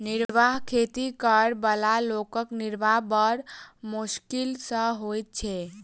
निर्वाह खेती करअ बला लोकक निर्वाह बड़ मोश्किल सॅ होइत छै